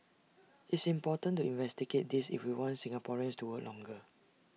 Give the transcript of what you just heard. it's important to investigate this if we want Singaporeans to work longer